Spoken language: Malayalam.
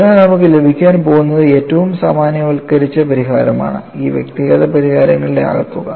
അതിനാൽ നമുക്ക് ലഭിക്കാൻ പോകുന്നത് ഏറ്റവും സാമാന്യവൽക്കരിച്ച പരിഹാരമാണ് ഈ വ്യക്തിഗത പരിഹാരങ്ങളുടെ ആകെത്തുക